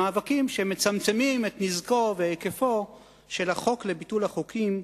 מקיימים מאבקים שמצמצמים את נזקו והיקפו של החוק לביטול החוקים,